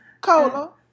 Cola